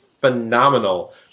phenomenal